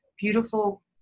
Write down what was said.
beautiful